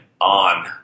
on